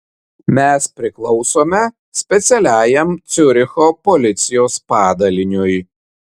mes priklausome specialiajam ciuricho policijos padaliniui